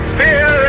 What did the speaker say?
fear